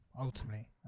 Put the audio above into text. ultimately